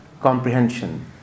comprehension